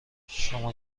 شما